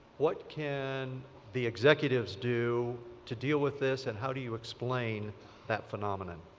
what can the executives do to deal with this and how do you explain that phenomenon.